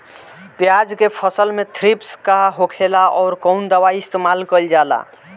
प्याज के फसल में थ्रिप्स का होखेला और कउन दवाई इस्तेमाल कईल जाला?